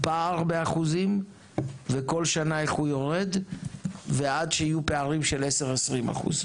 פער באחוזים וכל שנה איך הוא יורד ועד שיהיו פערים של עשר-עשרים אחוז,